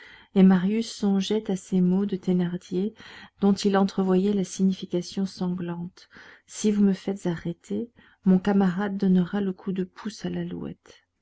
et marius songeait à ces mots de thénardier dont il entrevoyait la signification sanglante si vous me faites arrêter mon camarade donnera le coup de pouce à l'alouette